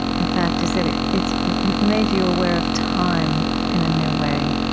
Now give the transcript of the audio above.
in fact, is that it's made you aware of time in a new way.